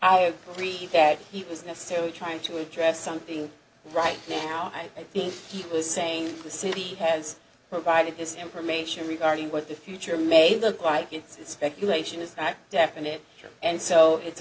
i read that he was necessarily trying to address something right now i think he was saying the city has provided this information regarding what the future may look like it's speculation is that definite and so it's